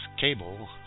cable